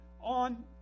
on